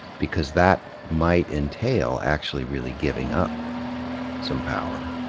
because that might entail actually really giving up some power.